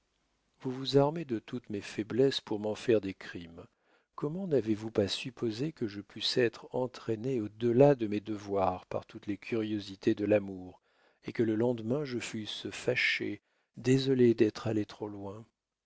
vous vous armez de toutes mes faiblesses pour m'en faire des crimes comment n'avez-vous pas supposé que je pusse être entraînée au delà de mes devoirs par toutes les curiosités de l'amour et que le lendemain je fusse fâchée désolée d'être allée trop loin